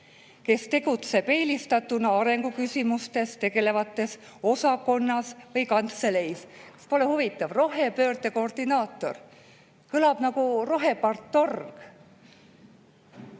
kes tegutseb eelistatuna arenguküsimustega tegelevas osakonnas või kantseleis. Kas pole huvitav? Rohepöörde koordinaator – kõlab nagu rohepartorg.